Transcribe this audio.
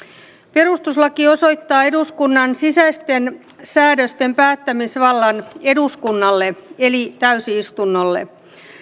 perustuslaki osoittaa eduskunnan sisäisten säädösten päättämisvallan eduskunnalle eli täysistunnolle